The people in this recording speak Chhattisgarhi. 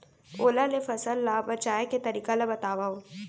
ओला ले फसल ला बचाए के तरीका ला बतावव?